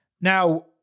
Now